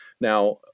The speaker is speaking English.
Now